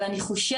אבל אני חוששת,